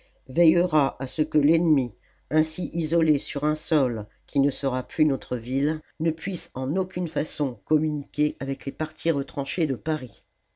veillera à ce que l'ennemi ainsi isolé sur un sol qui ne sera plus notre ville ne puisse en aucune façon communiquer avec les parties retranchées de paris